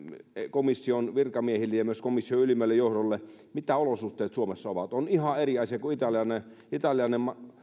komission virkamiehille ja myös komission ylimmälle johdolle mitkä olosuhteet suomessa ovat on ihan eri asia se kun italialainen